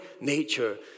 nature